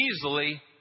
easily